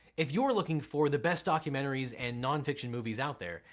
if you're looking for the best documentaries and nonfiction movies out there,